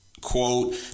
quote